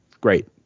Great